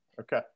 okay